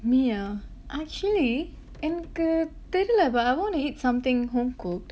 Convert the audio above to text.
me ah actually என்க்கு தெரில:enkku therila lah but I wanna eat something homecooked